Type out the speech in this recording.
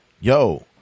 yo